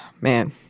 man